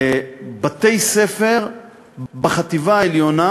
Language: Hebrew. לבתי-ספר בחטיבה העליונה